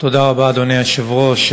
תודה רבה, אדוני היושב-ראש.